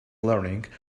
learning